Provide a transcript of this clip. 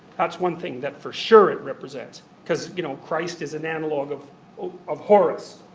that's one thing that for sure it represents. because, you know, christ is an analogue of of horus,